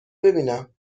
ببینم